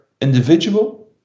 individual